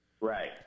Right